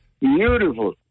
beautiful